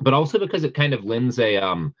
but also because it kind of lends a um,